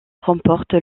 remporte